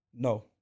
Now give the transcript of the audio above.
No